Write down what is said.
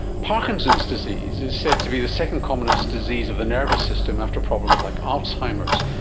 parkinson's disease is said to be the second commonest disease of the nervous system after problems like alzheimer's,